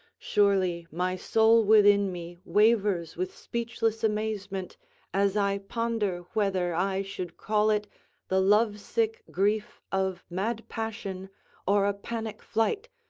surely my soul within me wavers with speechless amazement as i ponder whether i should call it the lovesick grief of mad passion or a panic flight,